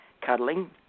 cuddling